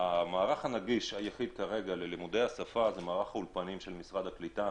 המערך הנגיש היחיד כרגע ללימודי השפה זה מערך האולפנים של משרד הקליטה